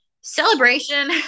celebration